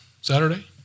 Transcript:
Saturday